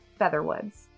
featherwoods